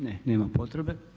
Ne, nema potrebe.